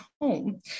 home